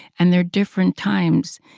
and they're different times.